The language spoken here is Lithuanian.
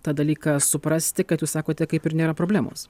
tą dalyką suprasti kad jūs sakote kaip ir nėra problemos